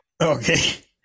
Okay